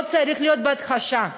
לא צריך להיות בהכחשה,